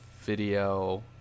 video